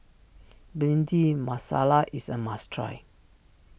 Bhindi Masala is a must try